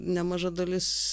nemaža dalis